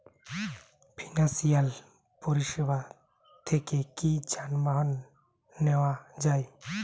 Financial পরিসেবা থেকে কি যানবাহন নেওয়া যায়?